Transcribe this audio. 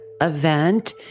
event